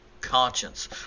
conscience